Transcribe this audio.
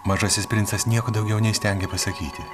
mažasis princas nieko daugiau neįstengė pasakyti